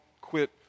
quit